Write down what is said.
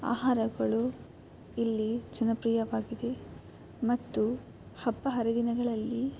ಆಹಾರಗಳು ಇಲ್ಲಿ ಜನಪ್ರಿಯವಾಗಿದೆ ಮತ್ತು ಹಬ್ಬ ಹರಿದಿನಗಳಲ್ಲಿ